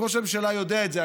ראש הממשלה יודע את זה.